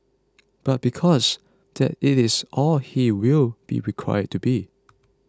but because that it is all he will be required to be